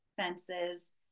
fences